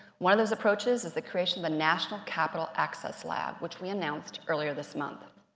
one of these approaches is the creation of the national capital access lab, which we announced earlier this month.